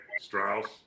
Strauss